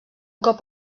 cop